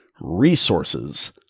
resources